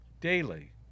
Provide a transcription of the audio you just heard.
daily